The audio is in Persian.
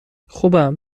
خوبم